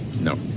No